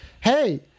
Hey